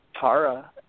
Tara